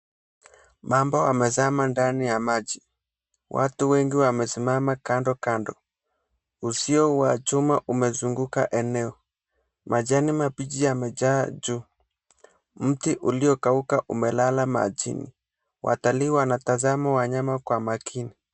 Mamba amezama ndani ya maji. Watu wengi wamesimama kando kando. Uzio wa chuma umezunguka eneo. Majani mabichi yamejaa juu. Mti uliokauka umelala majini. Watalii wanatazama wanyama kwa makini.